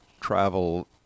travel